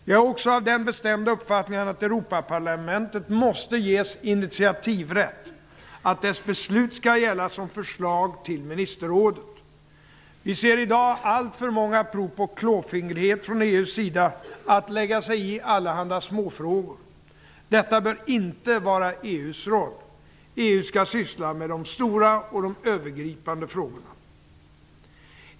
Jag är också av den bestämda uppfattningen att Europaparlamentet måste ges initiativrätt, att dess beslut skall gälla som förslag till ministerrådet. Vi ser i dag alltför många prov på klåfingrighet från EU:s sida genom att man lägger sig i allehanda småfrågor. Detta bör inte vara EU:s roll. EU skall syssla med de stora och övergripande frågorna.